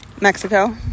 Mexico